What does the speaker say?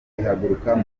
ihaguruka